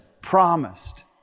promised